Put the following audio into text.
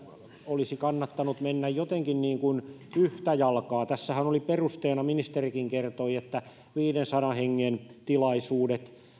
olisi kannattanut mennä jotenkin niin kuin yhtä jalkaa tässähän oli perusteena ministerikin kertoi että viidensadan hengen tilaisuudet